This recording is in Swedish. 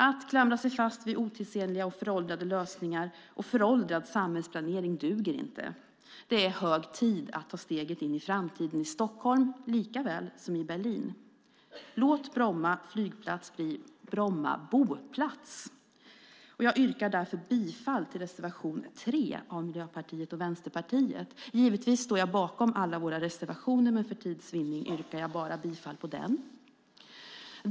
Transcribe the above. Att klamra sig fast vid otidsenliga och föråldrade lösningar och föråldrad samhällsplanering duger inte. Det är hög tid att ta steget in i framtiden i Stockholm lika väl som i Berlin. Låt Bromma flygplats bli Bromma boplats! Jag yrkar därför bifall till reservation 3 av Miljöpartiet och Vänsterpartiet. Givetvis står jag bakom alla våra reservationer, men för tids vinnande yrkar jag bifall bara till den.